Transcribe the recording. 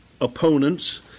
opponents